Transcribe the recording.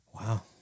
Wow